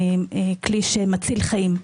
כלי שמציל חיים.